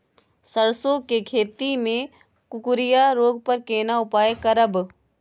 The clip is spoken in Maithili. सरसो के खेती मे कुकुरिया रोग पर केना उपाय करब?